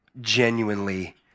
genuinely